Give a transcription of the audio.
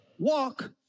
walk